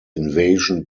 invasion